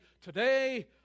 today